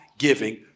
giving